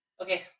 okay